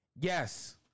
Yes